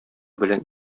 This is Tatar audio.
белән